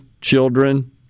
children